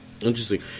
Interesting